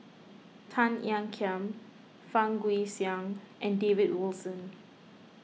Tan Ean Kiam Fang Guixiang and David Wilson